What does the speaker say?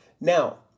Now